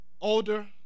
older